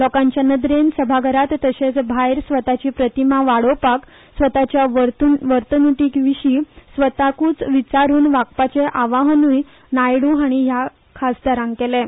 लोकांचे नदरेन सभाघरांत तर्शेच भायर स्वताची प्रतिमा वाडोवपाक स्वताच्या वर्तुणुकी विशीं स्वताकूच विचारून वागपाचे आवाहनूय नायडू हांणी ह्या खासदारांक केलें